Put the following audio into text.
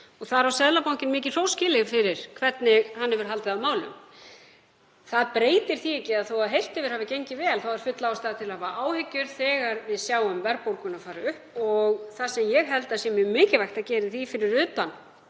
Þar á Seðlabankinn mikið hrós skilið fyrir hvernig hann hefur haldið á málum. Það breytir því ekki að þó að heilt yfir hafi gengið vel er full ástæða til að hafa áhyggjur þegar við sjáum verðbólguna fara upp. Það sem ég held að sé mjög mikilvægt að gera í því — fyrir utan